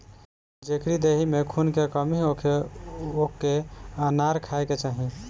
जेकरी देहि में खून के कमी होखे ओके अनार खाए के चाही